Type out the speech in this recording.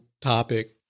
topic